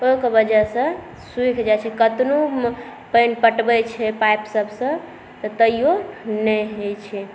ओहिके वजहसॅं सूखि जाइ छै कतबौ पानि पटबै छै पाइपसभसे तैओ नहि होइ छै